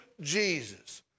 Jesus